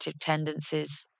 tendencies